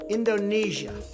Indonesia